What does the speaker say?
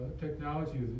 technology